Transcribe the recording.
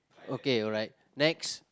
okay alright next